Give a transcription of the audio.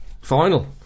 Final